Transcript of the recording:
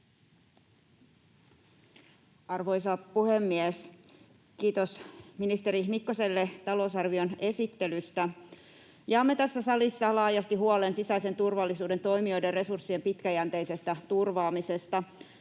Arvoisa puhemies! Kiitos ministeri Mikkoselle talousarvion esittelystä. Jaamme tässä salissa laajasti huolen sisäisen turvallisuuden toimijoiden resurssien pitkäjänteisestä turvaamisesta.